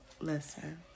Listen